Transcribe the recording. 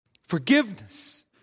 Forgiveness